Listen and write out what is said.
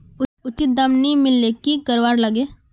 उचित दाम नि मिलले की करवार लगे?